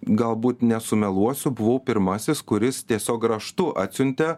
galbūt nesumeluosiu buvau pirmasis kuris tiesiog raštu atsiuntė